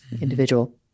individual